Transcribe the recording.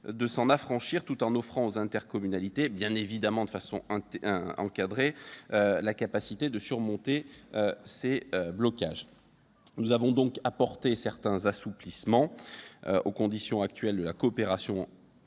de s'en affranchir, tout en offrant aux intercommunalités, bien évidemment de manière encadrée, la capacité de surmonter ces blocages. Nous avons donc apporté certains assouplissements aux conditions actuelles de la coopération intercommunale,